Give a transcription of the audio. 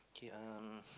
okay um